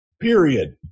period